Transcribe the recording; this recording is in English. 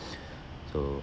so